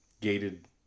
gated